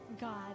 God